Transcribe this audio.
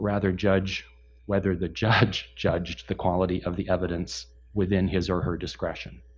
rather judge whether the judge, judged the quality of the evidence, within his, or her, discretion.